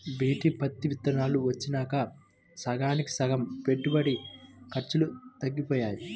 BT పత్తి విత్తనాలు వచ్చినాక సగానికి సగం పెట్టుబడి ఖర్చులు తగ్గిపోయాయి